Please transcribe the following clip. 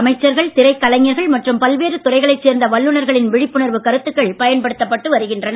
அமைச்சர்கள் திரைக் கலைஞர்கள் மற்றும் பல்வேறு துறைகளைச் சேர்ந்த வல்லுநர்களின் விழிப்புணர்வு கருத்துக்கள் பயன்படுத்தப்பட்டு வருகின்றன